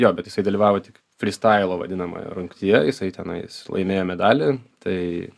jo bet jisai dalyvavo tik fristailo vadinamoje rungtyje jisai tenais laimėjo medalį tai